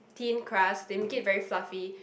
thin crust they make it very fluffy